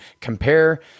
compare